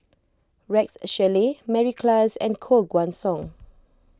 Rex Shelley Mary Klass and Koh Guan Song